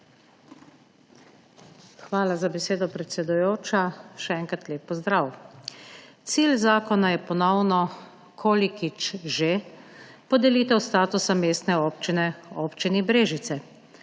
Hvala za besedo, predsedujoča. Še enkrat lep pozdrav! Cilj zakona je ponovno – kolikič že? – podelitev statusa mestne občine Občini Brežice.